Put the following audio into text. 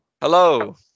Hello